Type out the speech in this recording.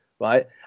right